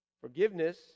Forgiveness